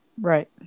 Right